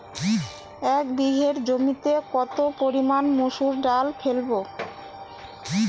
এক বিঘে জমিতে কত পরিমান মুসুর ডাল ফেলবো?